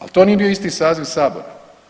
Ali to nije bio isti saziv Sabora.